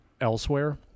elsewhere